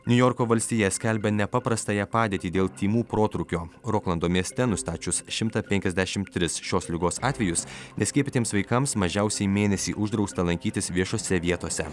niujorko valstija skelbia nepaprastąją padėtį dėl tymų protrūkio roklando mieste nustačius šimtą penkiasdešimt tris šios ligos atvejus neskiepytiems vaikams mažiausiai mėnesį uždrausta lankytis viešose vietose